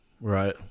right